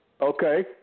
Okay